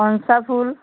कौनसा फूल